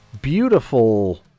beautiful